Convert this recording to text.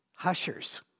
hushers